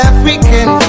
African